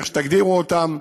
איך שתגדירו אותם,